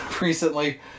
recently